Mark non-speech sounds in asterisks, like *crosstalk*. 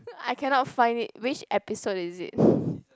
I cannot find it which episode is it *breath*